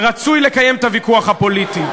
ורצוי לקיים את הוויכוח הפוליטי.